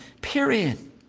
period